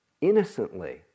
innocently